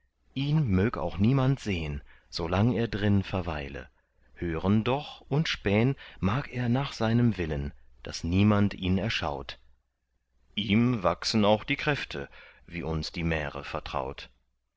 ihn mög auch niemand sehn so lang er drin verweile hören doch und spähn mag er nach seinem willen daß niemand ihn erschaut ihm wachsen auch die kräfte wie uns die märe vertraut